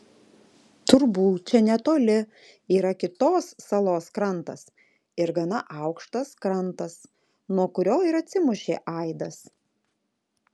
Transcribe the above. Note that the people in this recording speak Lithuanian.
turbūt čia netoli yra kitos salos krantas ir gana aukštas krantas nuo kurio ir atsimušė aidas